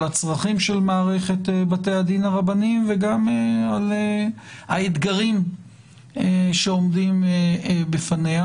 הצרכים של מערכת בתי הדין הרבניים וגם על האתגרים שעומדים בפניה.